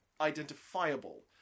identifiable